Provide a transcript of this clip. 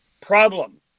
Problem